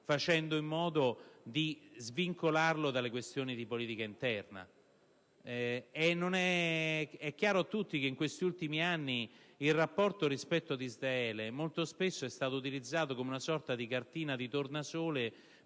facendo in modo di svincolare tale tema dalle questioni di politica interna. È chiaro a tutti che negli ultimi anni il rapporto con Israele è stato spesso utilizzato come una sorta di cartina di tornasole